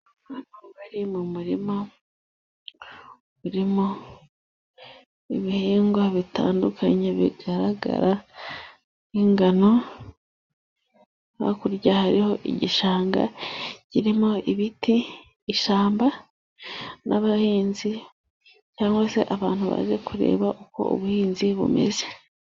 Abantu bari mu murima urimo ibihingwa bitandukanye. Bigaragara nk'ingano. Hakurya hariho igishanga kirimo ibiti, ishyamba, abahinzi cyangwa se abantu bazi kureba uko ubuhinzi bumeze.